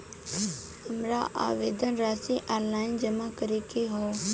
हमार आवेदन राशि ऑनलाइन जमा करे के हौ?